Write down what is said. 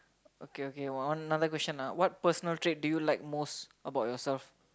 okay okay one another question what personal trait do you like most about yourself